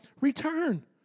return